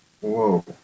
Whoa